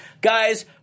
guys